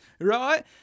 right